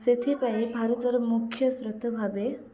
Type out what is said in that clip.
ସେଥିପାଇଁ ଭାରତର ମୁଖ୍ୟ ସ୍ରୋତ ଭାବେ